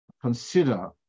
consider